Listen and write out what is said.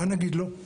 מה נגיד לו?